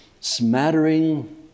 smattering